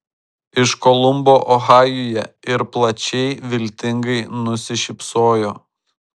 iš kolumbo ohajuje ir plačiai viltingai nusišypsojo